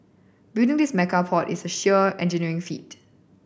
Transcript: building this mega port is a sheer engineering feat